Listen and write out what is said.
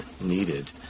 needed